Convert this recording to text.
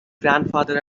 grandfather